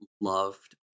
loved